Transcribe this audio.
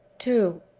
two.